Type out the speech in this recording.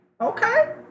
Okay